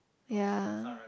ya